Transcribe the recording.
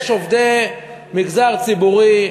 יש עובדי מגזר ציבורי,